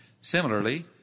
Similarly